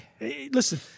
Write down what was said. listen